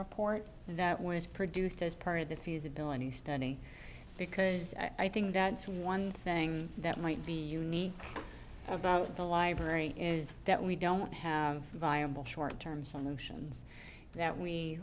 report that was produced as part of the feasibility study because i think that's one thing that might be unique about the library is that we don't have viable short term solutions that we